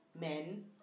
men